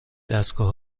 دستگاه